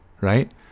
Right